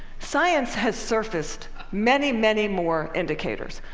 science has surfaced many, many more indicators.